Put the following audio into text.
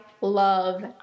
love